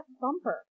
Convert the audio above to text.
Bumper